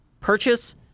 purchase